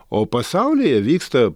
o pasaulyje vyksta